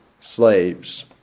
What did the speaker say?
slaves